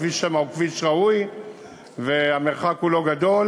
הכביש שם הוא כביש ראוי והמרחק הוא לא גדול.